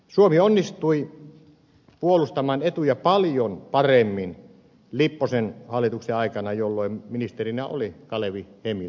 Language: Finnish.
suomi onnistui puolustamaan etuja paljon paremmin lipposen hallituksen aikana jolloin ministerinä oli kalevi hemilä